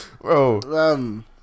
Bro